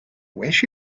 wish